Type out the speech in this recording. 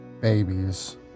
babies